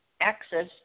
access